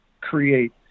create